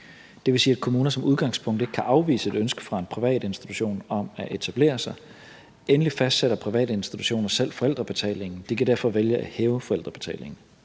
Det vil sige, at kommuner som udgangspunkt ikke kan afvise et ønske fra en privat institution om at etablere sig. Endelig fastsætter private institutioner selv forældrebetalingen. De kan derfor vælge at hæve forældrebetalingen.